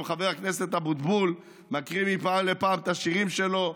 גם חבר הכנסת אבוטבול מקריא מפעם לפעם את השירים שלו.